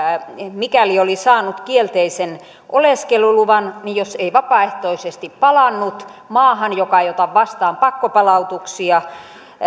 mikäli oli saanut kielteisen oleskeluluvan niin jos ei vapaaehtoisesti palannut maahan joka ei ota vastaan pakkopalautuksia